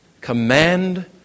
Command